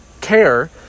care